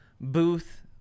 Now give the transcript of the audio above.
booth